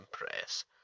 impress